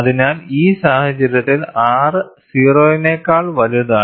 അതിനാൽ ഈ സാഹചര്യത്തിൽ R 0 നെക്കാൾ വലുതാണ്